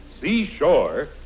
seashore